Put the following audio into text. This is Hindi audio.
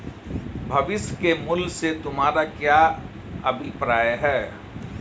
भविष्य के मूल्य से तुम्हारा क्या अभिप्राय है?